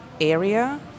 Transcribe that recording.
area